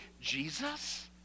Jesus